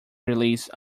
released